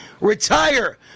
retire